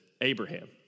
Abraham